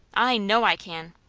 i know i can!